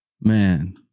man